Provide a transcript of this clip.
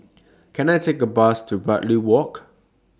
Can I Take A Bus to Bartley Walk